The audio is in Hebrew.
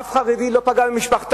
אף חרדי לא פגע במשפחתה.